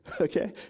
Okay